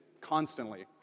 constantly